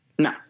No